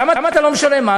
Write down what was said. למה אתה לא משלם מס?